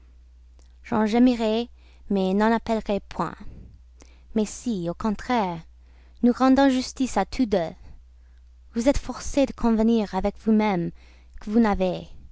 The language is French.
appellerai point mais si au contraire nous rendant justice à tous deux vous êtes forcée de convenir avec vous-même que vous n'avez